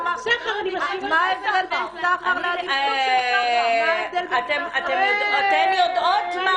מה ההבדל בין סחר ל- ----- אתן יודעות מה,